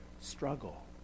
struggle